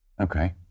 okay